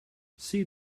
see